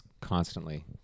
constantly